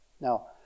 Now